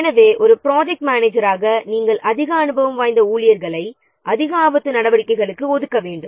எனவே ஒரு ப்ராஜெக்ட் மேனேஜராக நாம் அதிக அனுபவம் வாய்ந்த ஊழியர்களை அதிக ஆபத்து நடவடிக்கைகளுக்கு ஒதுக்க வேண்டும்